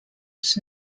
els